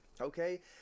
Okay